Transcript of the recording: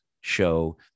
show